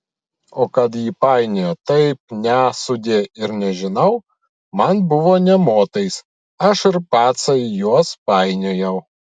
o kad ji painiojo taip ne sudie ir nežinau man buvo nė motais aš ir patsai juos painiojau